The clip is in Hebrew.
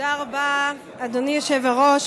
תודה רבה, אדוני היושב-ראש.